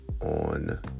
on